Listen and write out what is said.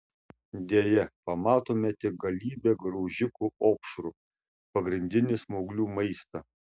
deja pamatome tik galybę graužikų opšrų pagrindinį smauglių maistą